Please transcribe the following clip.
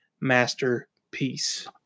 masterpiece